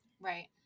right